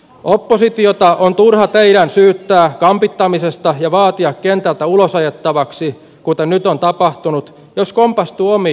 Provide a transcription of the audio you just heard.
oppositiota on turha teidän syyttää kampittamisesta ja vaatia kentältä ulos ajettavaksi kuten nyt on tapahtunut jos kompastuu omiin jalkoihinsa